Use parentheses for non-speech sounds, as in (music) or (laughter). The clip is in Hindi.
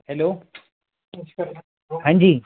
हेलो (unintelligible) हाँ जी